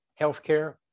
healthcare